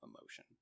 emotion